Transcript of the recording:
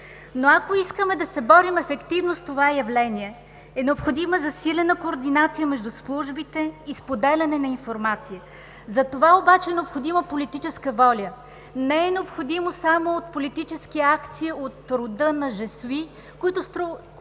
Но, ако искаме да се борим ефективно с това явление, е необходима засилена координация между службите и споделяне на информация. За това обаче е необходима политическа воля. Не са необходими само политически акции от рода на „Je suis …“, които служат